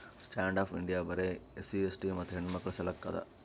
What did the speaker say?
stand up India ಬರೆ SC ST ಮತ್ತ ಹೆಣ್ಣಮಕ್ಕುಳ ಸಲಕ್ ಅದ